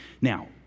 Now